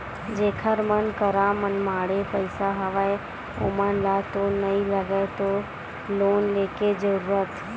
जेखर मन करा मनमाड़े पइसा हवय ओमन ल तो नइ लगय लोन लेके जरुरत